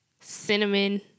cinnamon